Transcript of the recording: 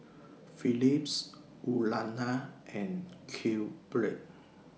Philips Urana and QBread